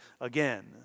again